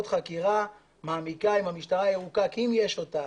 חקירה מעמיקה עם המשטרה הירוקה כי אם יש אותה,